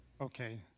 Okay